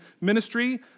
ministry